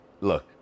look